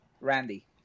Randy